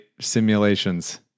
simulations